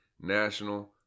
national